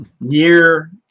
year